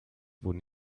wurden